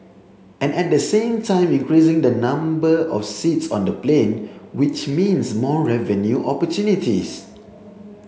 and at the same time increasing the number of seats on the plane which means more revenue opportunities